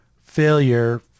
failure